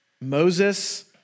Moses